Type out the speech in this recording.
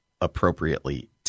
appropriately